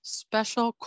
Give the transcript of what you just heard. special